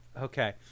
Okay